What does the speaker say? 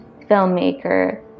filmmaker